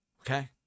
okay